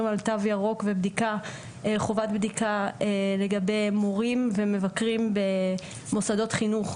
על תו ירוק וחובת בדיקה לגבי מורים ומבקרים במוסדות חינוך.